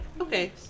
Okay